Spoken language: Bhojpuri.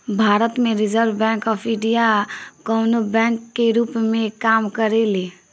भारत में रिजर्व बैंक ऑफ इंडिया कवनो बैंक के रूप में काम करेले